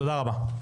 תודה רבה,